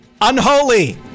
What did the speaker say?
Unholy